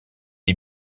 est